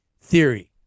theory